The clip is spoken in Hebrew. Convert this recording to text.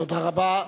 תודה רבה.